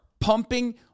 pumping